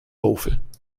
oven